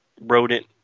rodent